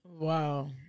Wow